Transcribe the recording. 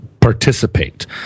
participate